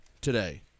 today